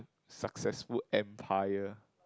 successful empire